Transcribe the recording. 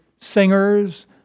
singers